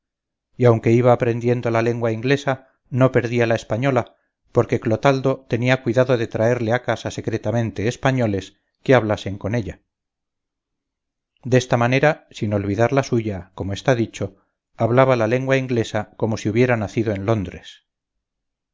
y aunque iba aprendiendo la lengua inglesa no perdía la española porque clotaldo tenía cuidado de traerle a casa secretamente españoles que hablasen con ella desta manera sin olvidar la suya como está dicho hablaba la lengua inglesa como si hubiera nacido en londres